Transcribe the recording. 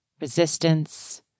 resistance